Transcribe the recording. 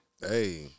hey